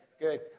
Good